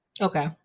Okay